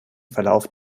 verlauf